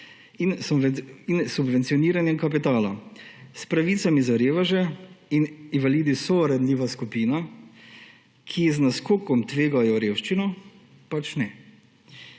in s subvencioniranjem kapitala, s pravicami za reveže, in invalidi so ranljiva skupina, ki z naskokom tvegajo revščino, pač ne.